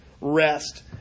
rest